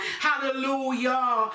hallelujah